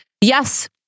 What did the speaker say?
Yes